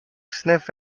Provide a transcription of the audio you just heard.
sniff